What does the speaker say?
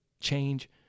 change